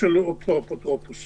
וזה פרוטוקול הרשות.